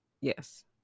yes